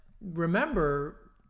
remember